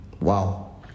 Wow